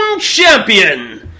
Champion